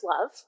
love